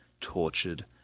tortured